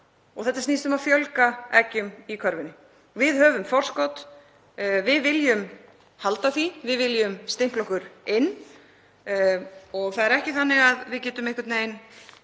Þetta snýst um að fjölga eggjum í körfunni. Við höfum forskot og við viljum halda því. Við viljum stimpla okkur inn og það er ekki þannig að við getum verið